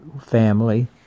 family